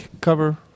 cover